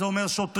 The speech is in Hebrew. זה אומר שוטרים,